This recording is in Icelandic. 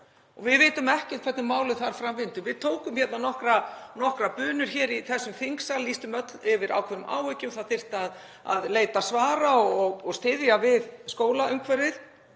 við vitum ekkert hvernig málum vindur fram þar. Við tókum nokkrar bunur í þessum þingsal, lýstum öll yfir ákveðnum áhyggjum. Það þyrfti að leita svara og styðja við skólaumhverfið,